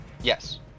Yes